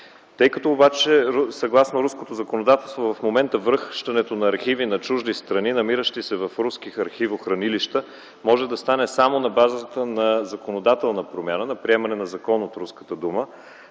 от 2005 г. Съгласно руското законодателство обаче в момента връщането на архиви на чужди страни, намиращи се в руски архивохранилища, може да стане само на базата на законодателна промяна, на приемане на закон от Руската дума.